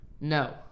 No